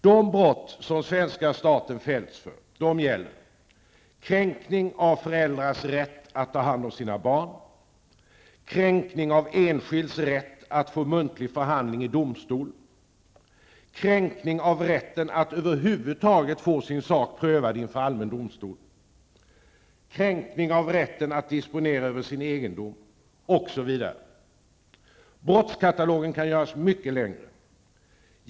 De brott som svenska staten fällts för gäller: kränkning av föräldrars rätt att ta hand om sina barn, kränkning av enskilds rätt att få muntlig förhandling i domstol, kränkning av rätten att över huvud taget få sin sak prövad inför allmän domstol, kränkning av rätten att disponera sin egendom, osv. Brottskatalogen kan göras mycket längre.